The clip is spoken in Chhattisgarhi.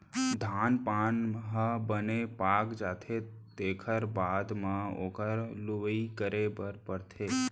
धान पान ह बने पाक जाथे तेखर बाद म ओखर लुवई करे बर परथे